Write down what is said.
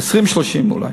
ב-2030 אולי.